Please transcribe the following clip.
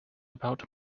about